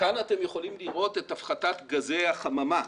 כאן אתם יכולים לראות את הפחתת גזי הממה.